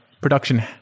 production